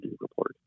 report